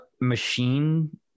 Machine